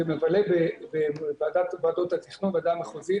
זה מבלה בוועדות התכנון, בוועדה המחוזית.